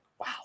wow